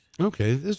Okay